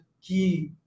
key